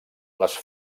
les